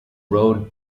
road